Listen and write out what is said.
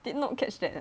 did not catch that